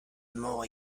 more